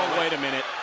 wait a minute.